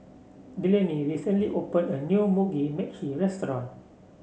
Delaney recently opened a new Mugi Meshi Restaurant